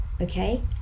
Okay